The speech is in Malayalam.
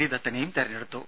ഡി ദത്തനേയും തെരഞ്ഞെടുത്തു